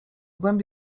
głębi